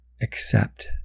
accept